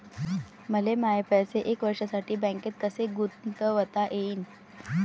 मले माये पैसे एक वर्षासाठी बँकेत कसे गुंतवता येईन?